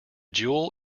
jewel